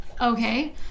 okay